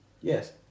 Yes